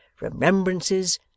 remembrances